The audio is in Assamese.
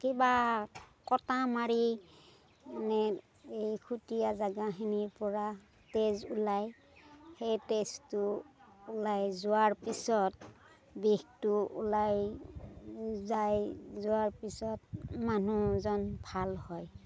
কিবা কটা মাৰি নে এই খুটিয়া জাগাখিনিৰ পৰা তেজ ওলাই সেই তেজটো ওলাই যোৱাৰ পিছত বিষটো ওলাই যায় যোৱাৰ পিছত মানুহজন ভাল হয়